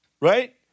right